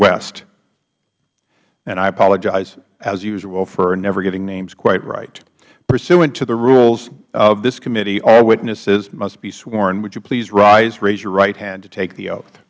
west and i apologize as usual for never getting names quite right pursuant to the rules of this committee all witnesses must be sworn would you please rise and raise your right hand to take the oath